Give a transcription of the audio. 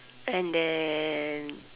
and then